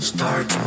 Start